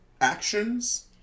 actions